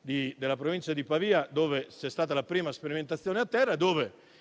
della provincia di Pavia, dove c'è stata la prima sperimentazione a terra,